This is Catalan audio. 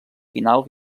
final